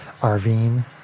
Arvine